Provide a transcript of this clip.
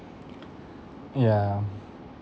yeah